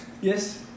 yes